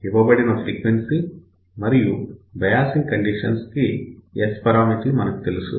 ఇవ్వబడిన ఫ్రీక్వెన్సీ మరియు biasing conditions కి S పరామితులు మనకి తెలుసు